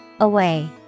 Away